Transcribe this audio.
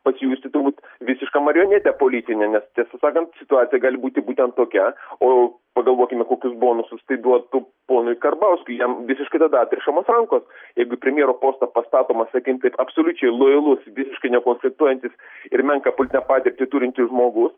pasijusti turbūt visiška marionete politine nes tiesą sakant situacija gali būti būtent tokia o pagalvokime kokius bonusus tai duotų ponui karbauskiui jam visiškai tada atrišamos rankos jeigu į premjero postą pastatomas sakykim taip absoliučiai lojalus visiškai nekonfliktuojantis ir menką politinę patirtį turintis žmogus